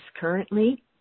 currently